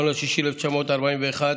1 ביוני 1941,